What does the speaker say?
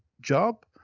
job